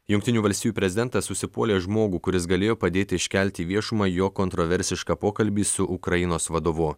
jungtinių valstijų prezidentas užsipuolė žmogų kuris galėjo padėti iškelti į viešumą jo kontroversišką pokalbį su ukrainos vadovu